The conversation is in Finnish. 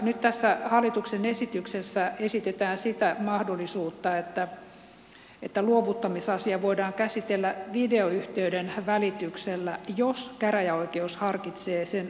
nyt tässä hallituksen esityksessä esitetään sitä mahdollisuutta että luovuttamisasia voidaan käsitellä videoyhteyden välityksellä jos käräjäoikeus harkitsee sen soveliaaksi